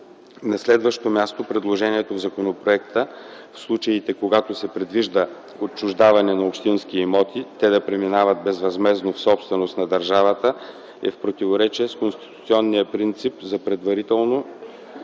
На следващо място – предложението в законопроекта в случаите, когато се предвижда отчуждаване на общински имоти, те да преминават безвъзмездно в собственост на държавата, е в противоречие с конституционния принцип за предварително